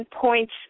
points